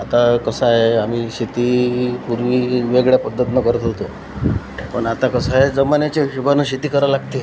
आता कसं आहे आम्ही शेती पूर्वी वेगळ्या पद्धतीनं करत होतो पण आता कसं आहे जमान्याच्या हिशोबानं शेती करावी लागते